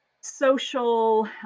social